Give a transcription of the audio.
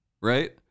right